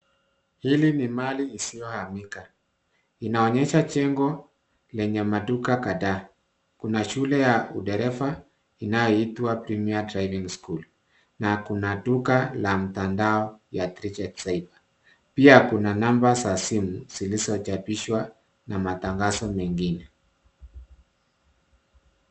Hili ni mali isiyohamika. Inaonyesha jengo lenye maduka kadhaa. Kuna shule ya udereva inayoitwa Premiere Driving School na kuna duka la mtandao ya Tritech Cyber . Pia kuna namba za simu zilizochapishwa na matangazo mengine.